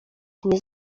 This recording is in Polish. nie